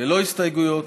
ללא הסתייגויות,